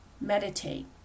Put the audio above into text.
meditate